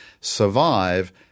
survive